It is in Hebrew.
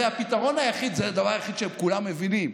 הרי הפתרון היחיד, זה הדבר היחיד שכולם מבינים,